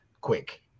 quick